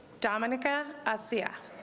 dominica assia